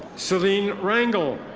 celene rengl.